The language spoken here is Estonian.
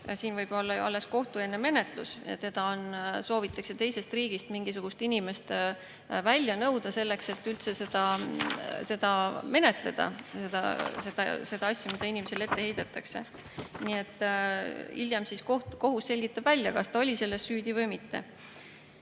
alles võib‑olla kohtueelne menetlus ja soovitakse teisest riigist mingisugust inimest välja nõuda, selleks et üldse menetleda seda asja, mida inimesele ette heidetakse. Hiljem siis kohus selgitab välja, kas ta oli selles süüdi või mitte.